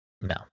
No